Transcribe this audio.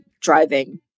driving